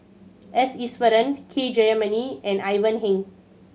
S Iswaran K Jayamani and Ivan Heng